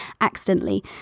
accidentally